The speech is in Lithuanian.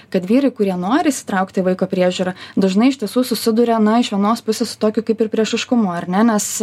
kad vyrai kurie nori įsitraukt į vaiko priežiūrą dažnai iš tiesų susiduria na iš vienos pusės su tokiu kaip ir priešiškumu ar ne nes